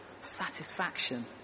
satisfaction